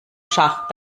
schach